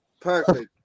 Perfect